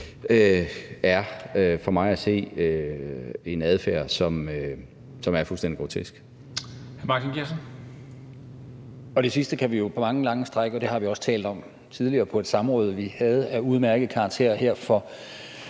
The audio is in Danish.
er for mig at se en adfærd, som er fuldstændig grotesk.